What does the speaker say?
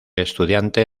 estudiante